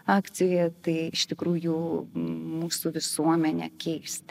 akcija tai iš tikrųjų mūsų visuomenę keisti